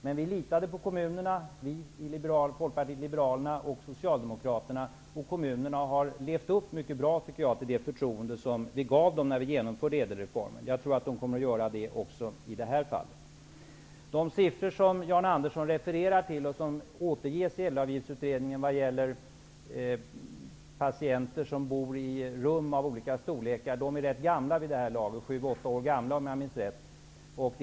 Men vi i Folkpartiet liberalerna och Socialdemokraterna litade på kommunerna, och kommunerna har levt upp mycket bra till det förtroende som vi gav när ÄDEL-reformen genomfördes. Jag tror att de kommer att göra det också i detta fall. De siffror som Jan Andersson refererar till, och som återges i Ädelavgiftsutredningen, vad gäller patienter som bor i rum av olika storlekar, är rätt gamla vid det här laget -- de är 7--8 år gamla, om jag minns rätt.